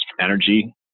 energy